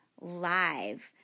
live